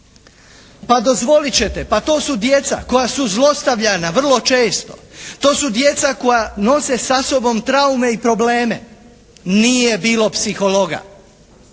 Pa dozvolite ćete, pa to su djeca koja su zlostavljana vrlo često, to su djeca koja nose sa sobom traume i probleme. Nije bilo psihologa.